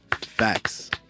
Facts